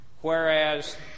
whereas